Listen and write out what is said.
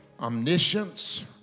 omniscience